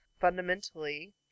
fundamentally